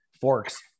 forks